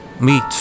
meet